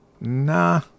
Nah